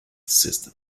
system